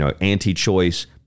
anti-choice